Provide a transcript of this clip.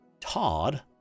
Todd